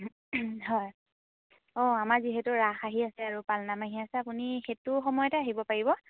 হয় অঁ আমাৰ যিহেতু ৰাস আহি আছে আৰু পালনাম আহি আছে আপুনি সেইটো সময়তে আহিব পাৰিব